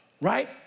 right